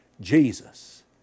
Jesus